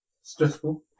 Stressful